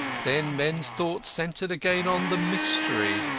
then men's thoughts centred again on the mystery,